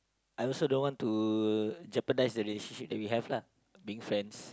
I also don't want to jeopardize the relationship that we have lah being friends